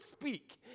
speak